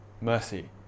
Mercy